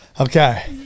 Okay